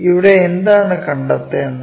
ഇവിടെ എന്താണ് കണ്ടെത്തേണ്ടത്